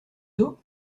zoo